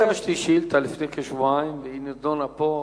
הגשתי שאילתא לפני כשבועיים והיא נדונה פה.